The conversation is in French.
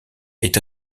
est